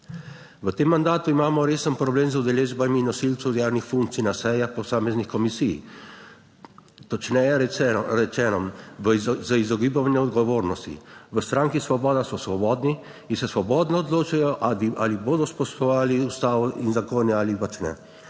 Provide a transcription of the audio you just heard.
V tem mandatu imamo resen problem z udeležbami nosilcev javnih funkcij na sejah posameznih komisij. Točneje rečeno, za izogibanje odgovornosti. V stranki Svoboda so svobodni in se svobodno odločajo, ali bodo spoštovali ustavo in zakone ali pač ne.